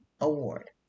award